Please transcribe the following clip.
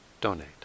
donate